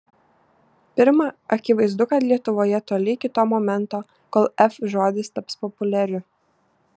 pirma akivaizdu kad lietuvoje toli iki to momento kol f žodis taps populiariu